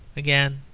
again,